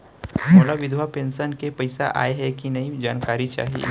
मोला विधवा पेंशन के पइसा आय हे कि नई जानकारी चाही?